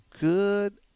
good